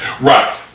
Right